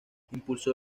impulsó